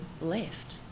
left